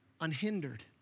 unhindered